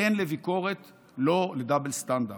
כן לביקורת, לא ל-double standard.